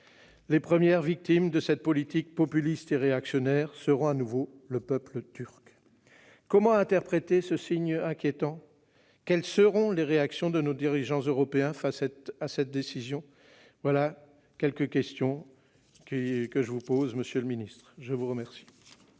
La première victime de cette politique populiste et réactionnaire sera de nouveau le peuple turc. Comment interpréter ce signe inquiétant ? Quelles seront les réactions de nos dirigeants européens face à cette décision ? Telles sont les quelques questions que je souhaitais vous poser, monsieur le secrétaire